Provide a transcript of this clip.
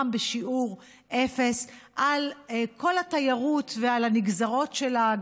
מע"מ בשיעור אפס על כל התיירות ועל הנגזרות שלה,